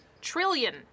trillion